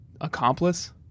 accomplice